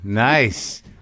Nice